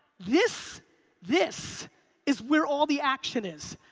this this is where all the action is.